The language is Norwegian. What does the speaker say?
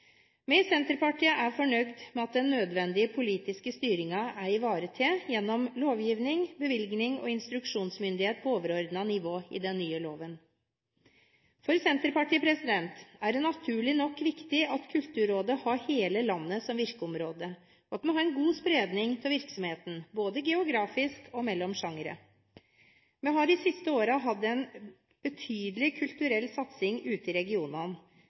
Vi i Senterpartiet er fornøyd med at den nødvendige politiske styringen er ivaretatt gjennom lovgivning, bevilgning og instruksjonsmyndighet på overordnet nivå i den nye loven. For Senterpartiet er det naturlig nok viktig at Kulturrådet har hele landet som virkeområde, og at vi har en god spredning av virksomheten, både geografisk og mellom sjangre. Vi har de siste årene hatt en betydelig kulturell satsing ute i regionene